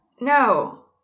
No